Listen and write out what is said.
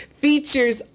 features